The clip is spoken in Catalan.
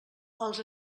els